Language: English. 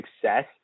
success